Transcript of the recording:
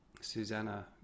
Susanna